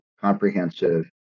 comprehensive